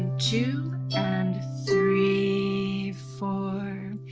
two and three four.